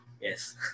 Yes